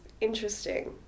interesting